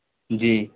جی